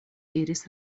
iris